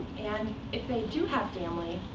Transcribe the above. and if they do have family,